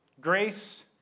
Grace